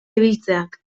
ibiltzeak